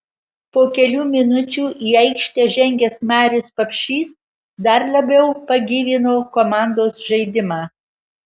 po kelių minučių į aikštę žengęs marius papšys dar labiau pagyvino komandos žaidimą